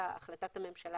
הרקע להחלטת הממשלה